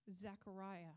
Zechariah